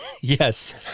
Yes